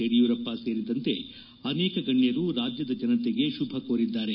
ಯಡಿಯೂರಪ್ಪ ಸೇರಿದಂತೆ ಅನೇಕ ಗಣ್ಯರು ರಾಜ್ಯದ ಜನತೆಗೆ ಶುಭ ಕೋರಿದ್ದಾರೆ